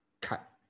cut